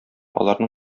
аларның